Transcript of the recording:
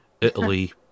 Italy